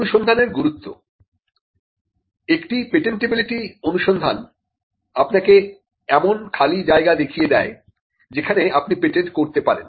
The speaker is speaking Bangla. অনুসন্ধানের গুরুত্ব একটি পেটেন্টটিবিলিটি অনুসন্ধান আপনাকে এমন খালি জায়গা দেখিয়ে দেয় যেখানে আপনি পেটেন্ট করতে পারেন